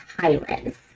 tyrants